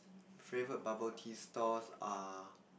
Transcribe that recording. favourite bubble tea stores are